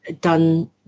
done